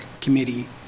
committee